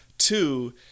Two